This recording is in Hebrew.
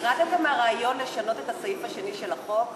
ירדתם מהרעיון לשנות את הסעיף השני של החוק?